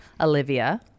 Olivia